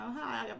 hi